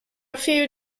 few